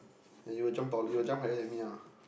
that you'll jump taller you'll jump higher than me lah